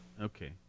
Okay